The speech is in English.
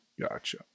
Gotcha